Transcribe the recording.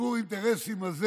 וחיבור האינטרסים הזה